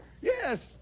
Yes